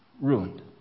ruined